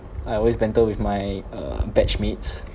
I always banter with my uh batch mates